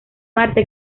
marte